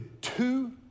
two